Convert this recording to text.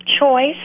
Choice